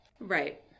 Right